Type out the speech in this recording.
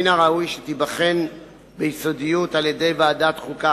מן הראוי שתיבחן ביסודיות על-ידי ועדת החוקה,